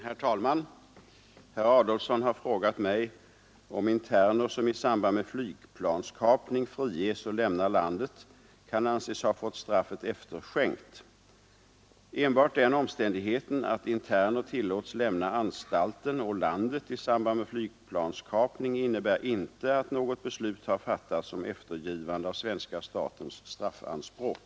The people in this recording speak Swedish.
Herr talman! Herr Adolfsson har frågat mig om interner som i samband med flygplanskapning friges och lämnar landet kan anses ha fått straffet efterskänkt. Enbart den omständigheten att interner tillåts lämna anstalten och landet i samband med flygplanskapning innebär inte att något beslut har fattats om eftergivande av svenska statens straffanspråk.